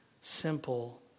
simple